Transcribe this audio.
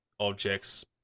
objects